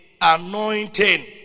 anointing